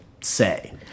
say